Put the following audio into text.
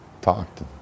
talked